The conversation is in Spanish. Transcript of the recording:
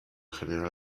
general